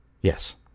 Yes